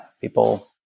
people